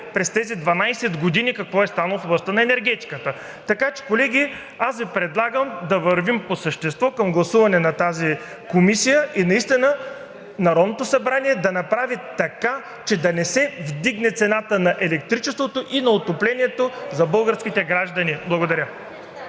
през тези 12 години какво е станало в областта на енергетиката. Така че, колеги, аз Ви предлагам да вървим по същество към гласуване на тази комисия и наистина Народното събрание да направи така, че да не се вдигне цената на електричеството и на отоплението за българските граждани. Благодаря.